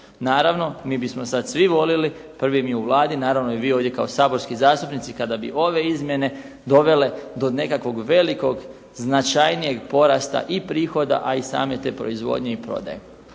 Naravno mi bismo sada svi voljeli prvo mi u Vladi, naravno i vi ovdje kao saborski zastupnici kada bi ove izmjene dovele do nekakvog velikog značajnijeg porasta i prihoda, a same te proizvodnje i prodaje.